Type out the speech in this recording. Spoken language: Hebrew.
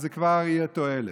אז כבר תהיה תועלת.